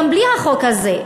גם בלי החוק הזה.